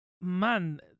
man